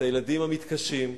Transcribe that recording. את הילדים המתקשים,